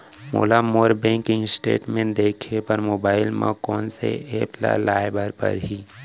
मोला मोर bank statement देखे बर मोबाइल मा कोन सा एप ला लाए बर परही?